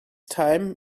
time